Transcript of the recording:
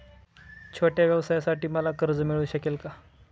छोट्या व्यवसायासाठी मला कर्ज मिळू शकेल का?